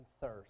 thirst